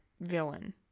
villain